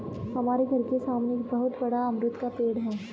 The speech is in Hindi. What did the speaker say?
हमारे घर के सामने एक बहुत बड़ा अमरूद का पेड़ है